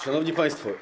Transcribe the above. Szanowni Państwo!